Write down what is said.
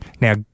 Now